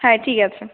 হ্যাঁ ঠিক আছে